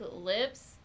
lips